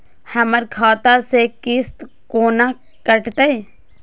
हमर खाता से किस्त कोना कटतै?